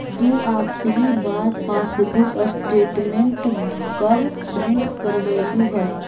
तु आखिरी बार पासबुक स्टेटमेंट कब प्रिन्ट करवैलु हल